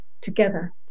together